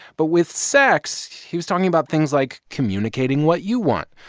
but with sex, he was talking about things like communicating what you want,